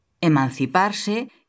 emanciparse